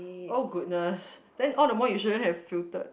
oh goodness then all the more you shouldn't have filtered